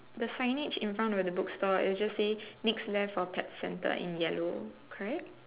the signage in front of the book store it just say next left for pet center in yellow correct